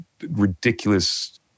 ridiculous